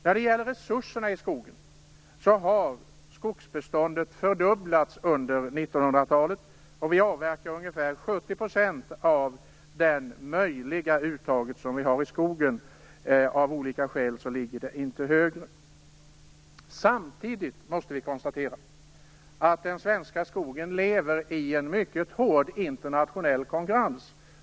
När det gäller resurserna i skogen har skogsbeståndet fördubblats under 1900-talet, och vi avverkar ungefär 70 % av det möjliga uttaget som vi har i skogen. Av olika skäl ligger det inte högre. Samtidigt måste vi konstatera att den svenska skogsindustrin lever i mycket hård internationell konkurrens.